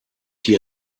die